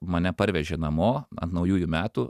mane parvežė namo ant naujųjų metų